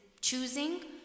choosing